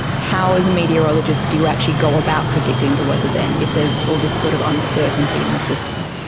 how as a meteorologist do you actually go about predicting the weather then if there is all this sort of uncertainty in the system?